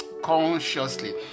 consciously